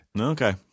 Okay